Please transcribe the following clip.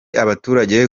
abaturage